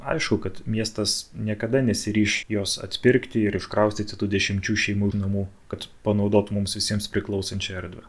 aišku kad miestas niekada nesiryš jos atpirkti ir iškraustyti tų dešimčių šeimų ir namų kad panaudotų mums visiems priklausančią erdvę